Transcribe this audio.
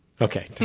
Okay